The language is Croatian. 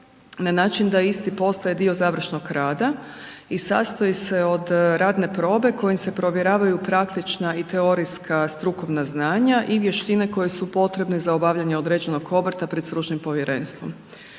na način da isti postaje dio završnog rada i sastoji se od radne probe kojim se provjeravaju praktična i teorijska strukovna znanja i vještine koje su potrebne za obavljanje određenog obrta pred stručnim povjerenstvom.